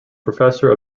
professor